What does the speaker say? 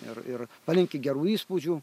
ir ir palinki gerų įspūdžių